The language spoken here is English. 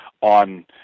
on